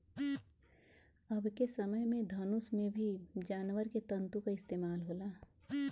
अबके समय के धनुष में भी जानवर के तंतु क इस्तेमाल होला